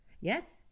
Yes